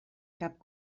cap